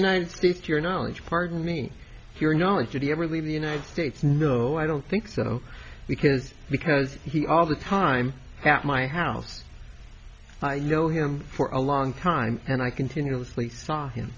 united states to your knowledge pardon me your knowledge did he ever leave the united states no i don't think so because because he all the time my house you know him for a long time and i continuously saw him